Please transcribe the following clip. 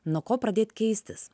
nuo ko pradėt keistis